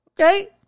Okay